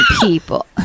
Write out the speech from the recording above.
people